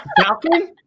Falcon